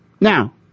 Now